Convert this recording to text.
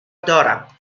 دارم